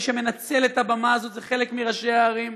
מי שמנצל את הבמה הזאת זה חלק מראשי הערים.